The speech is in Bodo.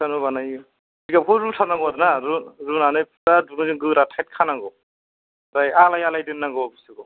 एक्सट्रा न' बानायो जिगाबखौ रुथारनांगौ आरोना रुनानै फुरा दुरुंजों गोरा थाइद खानांगौ ओमफ्राय आलाय आलाय दोननांगौ बुस्थुखौ